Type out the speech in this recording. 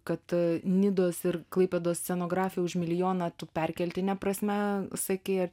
kad nidos ir klaipėdos scenografija už milijoną tu perkeltine prasme sakei ar